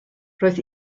roedd